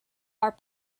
are